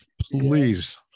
please